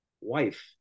wife